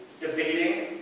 debating